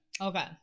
Okay